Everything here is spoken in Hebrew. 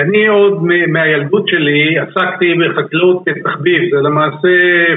אני עוד מהילדות שלי עסקתי בחקלאות כתחביב, ולמעשה